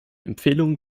empfehlungen